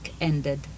ended